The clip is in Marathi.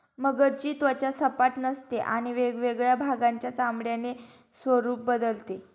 मगरीची त्वचा सपाट नसते आणि वेगवेगळ्या भागांच्या चामड्याचे स्वरूप बदलते